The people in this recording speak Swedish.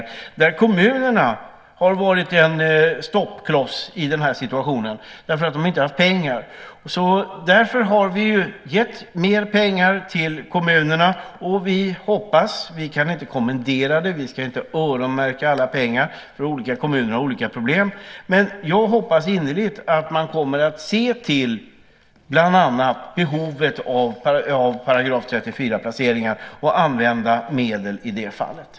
I det sammanhanget har kommunerna varit en stoppkloss eftersom de inte har haft pengar till detta. Vi har därför anslagit mer pengar till kommunerna. Vi kan inte kommendera dem och öronmärka alla pengar, för olika kommuner har olika problem, men jag hoppas innerligt att man kommer att se bland annat till behovet av § 34-placeringar och använda medel till sådana.